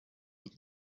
but